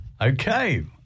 Okay